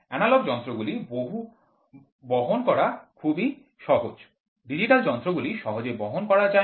analogue যন্ত্রগুলি বহন করা খুবই সহজ ডিজিটাল যন্ত্রগুলি সহজে বহন করা যায় না